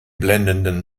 blendenden